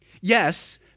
Yes